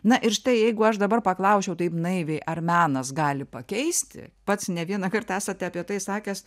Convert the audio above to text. na ir štai jeigu aš dabar paklausčiau taip naiviai ar menas gali pakeisti pats ne vieną kartą esate apie tai sakęs